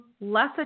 less